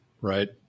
Right